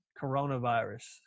coronavirus